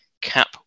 CAP